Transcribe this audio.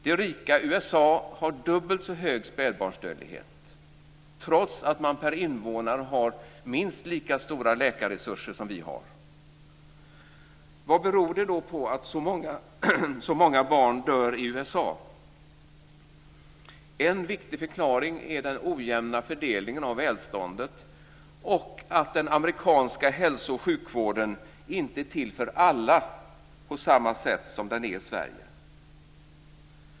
Det rika USA har dubbelt så hög spädbarnsdödlighet trots att man per invånare har minst lika stora läkarresurser som vi. Vad beror det då på att så många barn dör i USA? En viktig förklaring är den ojämna fördelningen av välståndet och att den amerikanska hälso och sjukvården inte är till för alla på samma sätt som den är i Sverige.